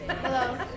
Hello